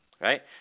right